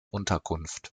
unterkunft